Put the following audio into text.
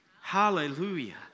Hallelujah